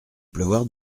pleuvoir